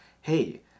hey